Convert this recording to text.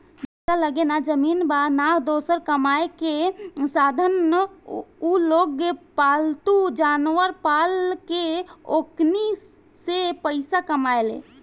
जेकरा लगे ना जमीन बा, ना दोसर कामायेके साधन उलोग पालतू जानवर पाल के ओकनी से पईसा कमाले